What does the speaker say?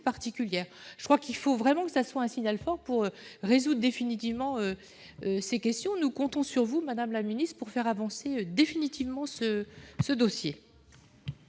particuliers. Il faut donc envoyer un signal fort pour résoudre définitivement ces questions. Nous comptons donc sur vous, madame la ministre, pour faire avancer définitivement ce dossier.